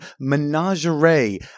Menagerie